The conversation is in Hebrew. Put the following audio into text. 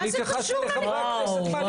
מה זה קשור לליכוד?